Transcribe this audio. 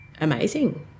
amazing